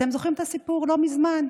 אתם זוכרים את הסיפור, לא מזמן.